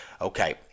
Okay